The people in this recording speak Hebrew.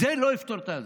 זה לא יפתור את זה.